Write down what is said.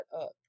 up